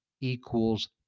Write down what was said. equals